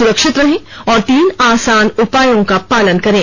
सुरक्षित रहें और तीन आसान उपायों का पालन करें